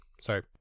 sorry